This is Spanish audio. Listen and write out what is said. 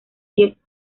pieza